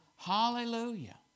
Hallelujah